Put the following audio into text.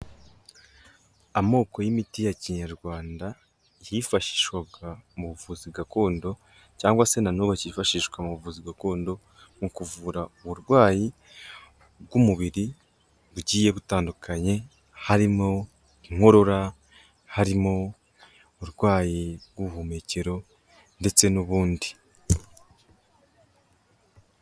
Amoko y'imiti ya kinyarwanda yifashishwaga mu buvuzi gakondo cyangwa se na n'ubu acyifashishwa mu buvuzi gakondo, mu kuvura uburwayi bw'umubiri bugiye butandukanye, harimo inkorora, harimo uburwayi bw'ubuhumekero ndetse n'ubundi.